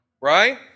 Right